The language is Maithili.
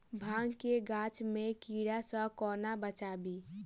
भांग केँ गाछ केँ कीड़ा सऽ कोना बचाबी?